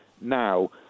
now